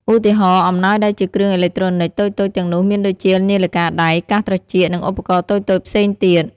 ឧទាហរណ៍ អំណោយដែលជាគ្រឿងអេឡិចត្រូនិចតូចៗទាំងនោះមានដូចជា នាឡិកាដៃ កាសត្រចៀក និងឧបករណ៍តូចៗផ្សេងទៀត។